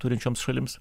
turinčioms šalims